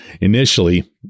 initially